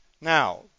Now